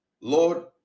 Lord